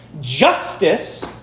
Justice